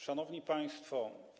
Szanowni Państwo!